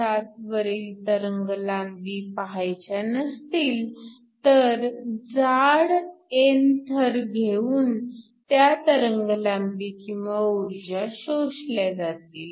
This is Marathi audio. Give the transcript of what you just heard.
27 वरील तरंगलांबी पाहायच्या नसतील तर जाड n थर घेऊन त्या तरंगलांबी किंवा ऊर्जा शोषल्या जातील